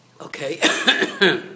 Okay